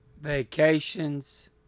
vacations